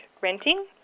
renting